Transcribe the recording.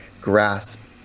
grasp